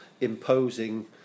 imposing